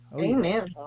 amen